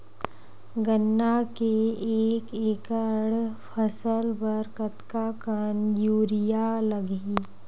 गन्ना के एक एकड़ फसल बर कतका कन यूरिया लगही?